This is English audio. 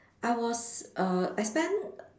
I was err I spent